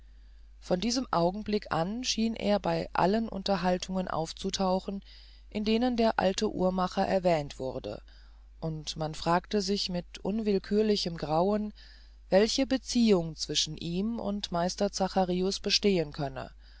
von diesem augenblick an schien er bei allen unterhaltungen aufzutauchen in denen der alte uhrmacher erwähnt wurde und man fragte sich mit unwillkürlichem grauen welche beziehung zwischen ihm und meister zacharius bestehen könne